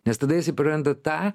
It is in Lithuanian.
nes tada jisai praranda tą